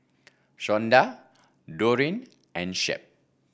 Shonda Doreen and Shep